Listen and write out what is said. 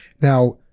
Now